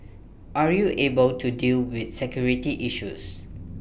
are you able to deal with security issues